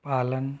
पालन